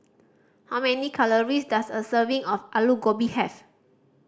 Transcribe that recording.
how many calories does a serving of Alu Gobi have